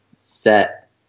set